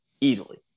easily